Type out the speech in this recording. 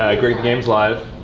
ah greg, the game's live.